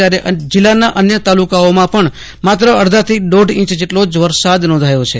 જયારે જિલ્લાના અન્ય તાલુકાઓમાં પણ માત્ર અડધાથી દોઢ ઈંચ જેટલો જ વરસાદ નોંધાયો છે